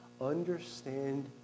understand